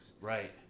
Right